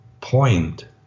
point